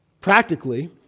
practically